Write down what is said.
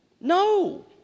No